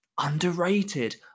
Underrated